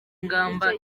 ingamba